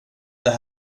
det